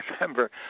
remember